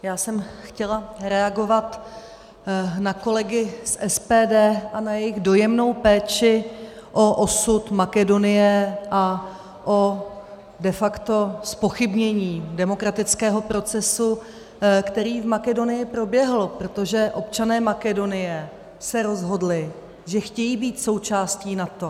Já jsem chtěla reagovat na kolegy z SPD a na jejich dojemnou péči o osud Makedonie a o de facto zpochybnění demokratického procesu, který v Makedonii proběhl, protože občané Makedonie se rozhodli, že chtějí být součástí NATO.